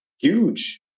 huge